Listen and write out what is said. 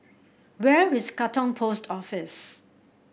where is Katong Post Office